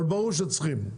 אבל ברור שצריכים.